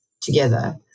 together